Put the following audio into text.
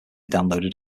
downloaded